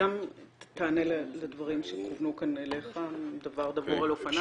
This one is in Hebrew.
גם תענה לדברים שכוונו אליך, דבר דבור על אופניו,